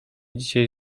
dzisiaj